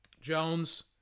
Jones